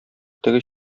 теге